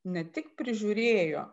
ne tik prižiūrėjo